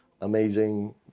amazing